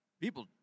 People